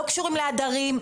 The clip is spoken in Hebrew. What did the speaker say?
לא קשורים לעדרים,